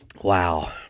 Wow